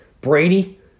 Brady